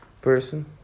person